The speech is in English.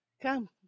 Come